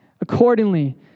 accordingly